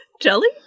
Jelly